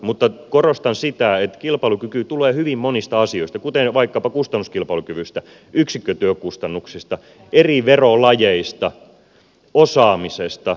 mutta korostan sitä että kilpailukyky tulee hyvin monista asioista kuten vaikkapa kustannuskilpailukyvystä yksikkötyökustannuksista eri verolajeista osaamisesta infrastruktuurista